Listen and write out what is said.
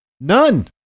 none